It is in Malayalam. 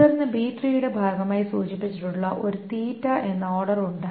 തുടർന്ന് ബി ട്രീയുടെ ഭാഗമായി സൂചിപ്പിച്ചിട്ടുള്ള ഒരു തീറ്റ എന്ന ഓർഡർ ഉണ്ട്